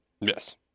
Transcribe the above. Yes